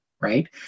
Right